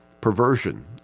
perversion